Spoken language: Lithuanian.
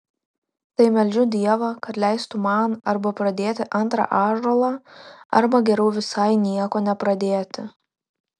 tai meldžiu dievą kad leistų man arba pradėti antrą ąžuolą arba geriau visai nieko nepradėti